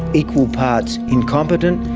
equal parts incompetent,